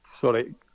sorry